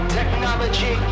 Technology